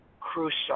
crucial